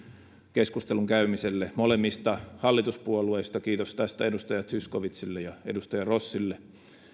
keskustelun käymiselle molemmista hallituspuolueista kiitos tästä edustaja zyskowiczille ja edustaja rossille